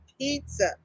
pizza